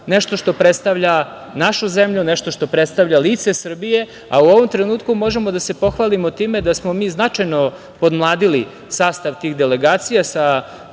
nešto što predstavlja našu zemlju, nešto što predstavlja lice Srbije, a u ovom trenutku možemo da se pohvalimo time da smo mi značajno podmladili sastav tih delegacija sa